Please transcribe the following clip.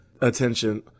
attention